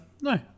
No